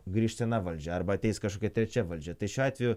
grįš sena valdžia arba ateis kažkokia trečia valdžia tai šiuo atveju